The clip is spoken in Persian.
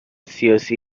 سیاسی